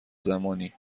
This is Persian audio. زمانی